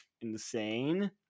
insane